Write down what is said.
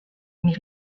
mais